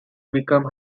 becomes